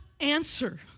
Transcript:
answer